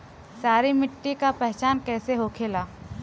सारी मिट्टी का पहचान कैसे होखेला?